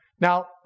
Now